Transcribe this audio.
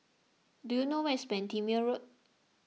do you know where is Bendemeer Road